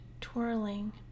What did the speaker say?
twirling